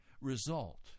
result